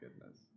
goodness